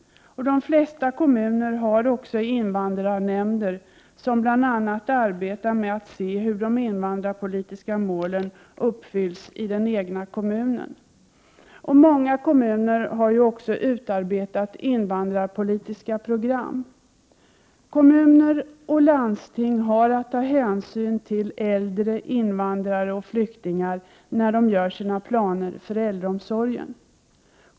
1988/89:107 kommuner har också invandrarnämnder, som bl.a. arbetar med att se hur de invandrarpolitiska målen uppfylls i den egna kommunen. Många kommuner har också utarbetat invandrarpolitiska program. Kommuner och landsting har att ta hänsyn till äldre invandrare och flyktingar när de gör sina planer för äldreomsorgen.